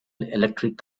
electrical